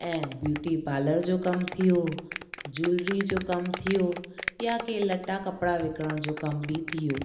ऐं beauty parlour जो कमु थियो जूलरी जो कमु थियो या के लटा कपिड़ा विकणण जो कमु बि थियो